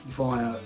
via